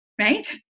right